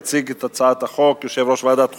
יציג את הצעת החוק יושב-ראש ועדת החוקה,